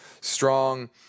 strong